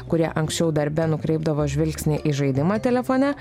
kurie anksčiau darbe nukreipdavo žvilgsnį į žaidimą telefone